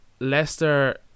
Leicester